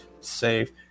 safe